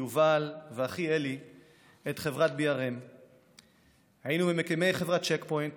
יובל ואחי אלי את חברת BRM. היינו ממקימי חברת צ'ק פוינט